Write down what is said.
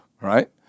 right